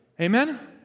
Amen